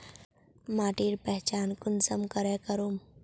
माटिर पहचान कुंसम करे करूम?